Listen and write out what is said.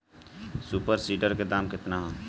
Super seeder के दाम केतना ह?